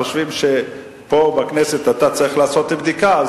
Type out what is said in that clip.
חושבים שפה בכנסת אתה צריך לעשות בדיקה,